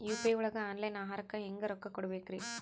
UPI ಒಳಗ online ಆಹಾರಕ್ಕೆ ಹೆಂಗ್ ರೊಕ್ಕ ಕೊಡಬೇಕ್ರಿ?